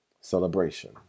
Celebration